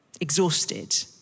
exhausted